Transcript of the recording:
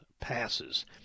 passes